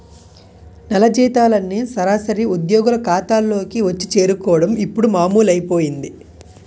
నెల జీతాలన్నీ సరాసరి ఉద్యోగుల ఖాతాల్లోకే వచ్చి చేరుకోవడం ఇప్పుడు మామూలైపోయింది